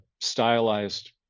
stylized